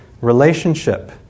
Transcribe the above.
relationship